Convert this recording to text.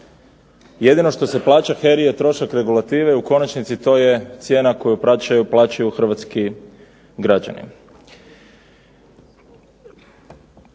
Jedino što se plaća HERA-i je trošak regulative u konačnici je to cijena koju plaćaju hrvatski građani.